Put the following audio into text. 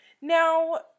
Now